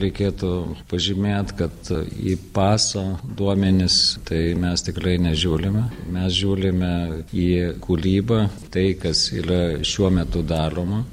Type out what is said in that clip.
reikėtų pažymėt kad į paso duomenis tai mes tikrai nežiūrime mes žiūrime į kūrybą tai kas yra šiuo metu daroma